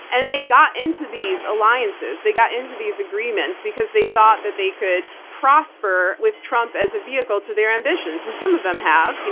and they got into these alliances, they got into these agreements because they thought that they could prosper with trump as a vehicle to their ambitions. and some of them have.